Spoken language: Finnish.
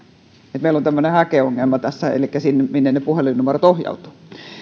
elikkä meillä on tämmöinen häkeongelma siinä minne ne puhelinnumerot ohjautuvat